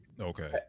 Okay